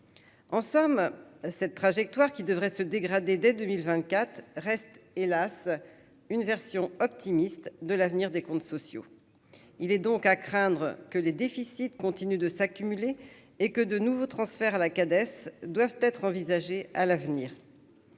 en somme, cette trajectoire qui devrait se dégrader dès 2000 vingt-quatre reste hélas une version optimiste de l'avenir des comptes sociaux, il est donc à craindre que les déficits continuent de s'accumuler et que de nouveaux transferts la s'doivent être envisagées à l'avenir